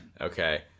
Okay